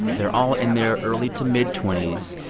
they're all in their early to mid twenty s.